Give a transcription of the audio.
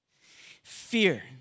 Fear